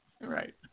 right